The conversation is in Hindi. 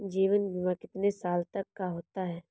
जीवन बीमा कितने साल तक का होता है?